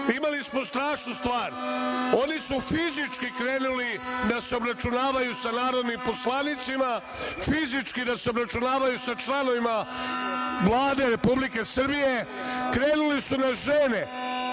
imali smo strašnu stvar. Oni su fizički krenuli da se obračunavaju sa narodnim poslanicima, fizički da se obračunavaju sa članovima Vlade Republike Srbije, krenuli su na žene